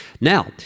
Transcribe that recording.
Now